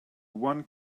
one